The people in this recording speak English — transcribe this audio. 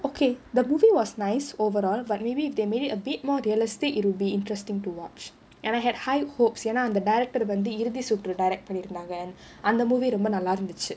okay the movie was nice overall but maybe if they made it a bit more realistic it'll be interesting to watch and I had high hopes என்ன அந்த:enna antha director வந்து Irudhi Suttru iruthi sutru direct பண்ணி இருந்தாங்க அந்த:panni irunthaanga antha movie ரொம்ப நல்லா இருந்துச்சு:romba nallaa irunthuchu